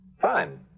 Fine